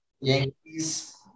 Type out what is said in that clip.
Yankees